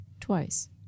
twice